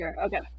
Okay